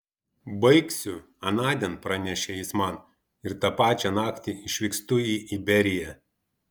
baigsiu anądien pranešė jis man ir tą pačią naktį išvykstu į iberiją